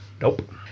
Nope